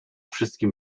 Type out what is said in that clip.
wszystkim